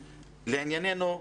לעניינו,